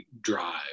drive